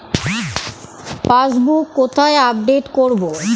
Passbook কোথায় update করব?